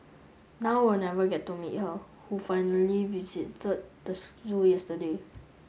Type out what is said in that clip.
now we'll never get to meet her who finally visited the zoo yesterday